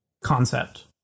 concept